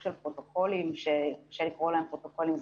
של פרוטוקולים שקשה לקרוא להם פרוטוקולים.